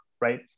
right